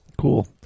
Cool